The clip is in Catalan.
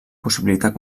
possibilitat